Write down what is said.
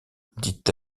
dit